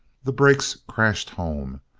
the brakes crashed home,